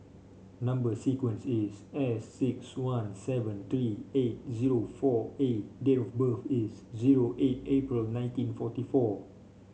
number sequence is S six one seven three eight zero four A date of birth is zero eight April nineteen forty four